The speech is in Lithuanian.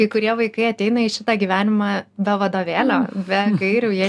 kai kurie vaikai ateina į šitą gyvenimą be vadovėlio be gairių jie